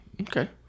Okay